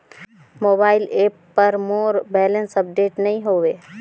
mobile app पर मोर balance update नई हवे